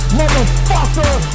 motherfucker